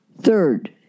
Third